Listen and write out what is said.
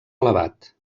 elevat